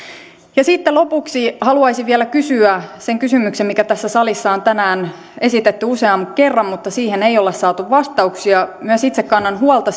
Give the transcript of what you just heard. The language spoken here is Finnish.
sitten lopuksi haluaisin vielä kysyä sen kysymyksen mikä tässä salissa on tänään esitetty usean kerran mutta siihen ei ole saatu vastauksia myös itse kannan huolta